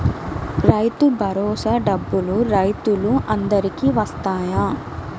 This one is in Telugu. రైతు భరోసా డబ్బులు రైతులు అందరికి వస్తాయా?